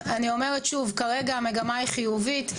אני אומרת שוב, כרגע המגמה היא חיובית.